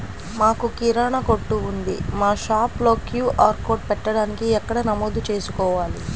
మాకు కిరాణా కొట్టు ఉంది మా షాప్లో క్యూ.ఆర్ కోడ్ పెట్టడానికి ఎక్కడ నమోదు చేసుకోవాలీ?